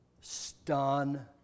stun